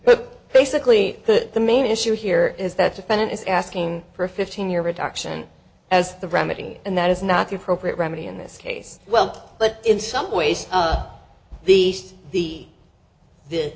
but basically the the main issue here is that defendant is asking for a fifteen year reduction as the remedy and that is not the appropriate remedy in this case well but in some ways the the th